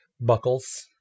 Buckles